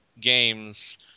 games